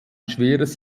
schweres